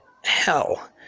hell